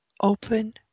Open